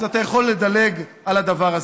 אז אתה יכול לדלג על הדבר הזה.